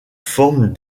forme